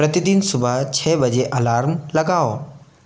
प्रतिदिन सुबह छः बजे अलार्म लगाओ